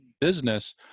business